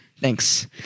Thanks